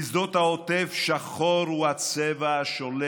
בשדות העוטף שחור הוא הצבע השולט.